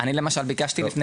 אני למשל ביקשתי לפני